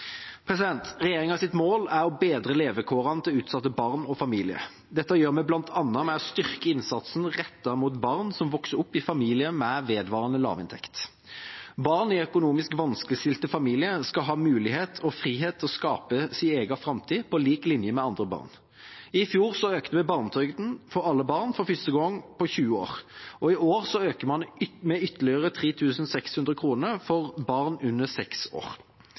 mål er å bedre levekårene til utsatte barn og familier. Dette gjør vi bl.a. ved å styrke innsatsen rettet inn mot barn som vokser opp i familier med vedvarende lavinntekt. Barn i økonomisk vanskeligstilte familier skal ha mulighet og frihet til å skape sin egen framtid på lik linje med andre barn. I fjor økte vi barnetrygden for alle barn for første gang på 20 år, og i år øker man med ytterligere 3 600 kr for barn under seks år.